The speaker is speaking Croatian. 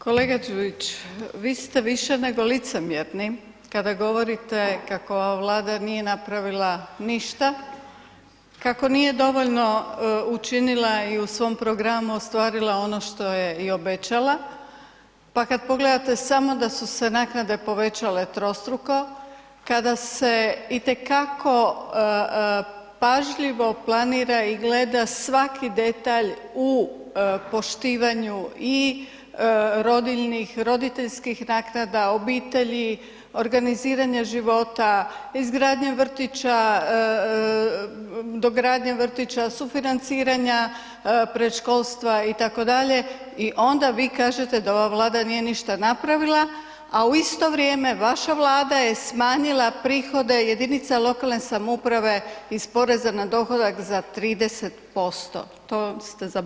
Kolega Đujić, vi ste više nego licemjerni kada govorite kako ova Vlada nije napravila ništa, kako nije dovoljno učinila i u svom programu ostvarila ono što je i obećala, pa kad pogledate samo da su se naknade povećale trostruko, kada se itekako pažljivo planira i gleda svaki detalj u poštivanju i rodiljnih, roditeljskih naknada, obitelji, organiziranja života, izgradnje vrtića, dogradnje vrtića, sufinanciranja predškolstva itd. i onda vi kažete da ova Vlada nije ništa napravila, a u isto vrijeme vaša Vlada je smanjila prihode jedinica lokalne samouprave iz poreza na dohodak za 30%, to ste zaboravili.